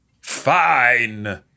Fine